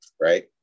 Right